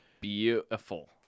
beautiful